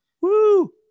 Woo